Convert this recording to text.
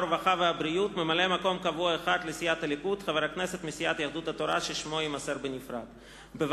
ממלא-מקום קבוע שלא מסיעתו של חבר הוועדה,